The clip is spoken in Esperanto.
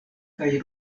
kaj